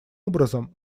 образом